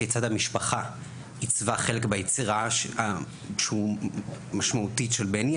כיצד המשפחה עיצבה חלק ביצירה שהוא משמעותית של בני,